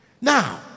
Now